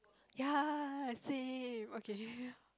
ya same okay